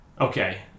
Okay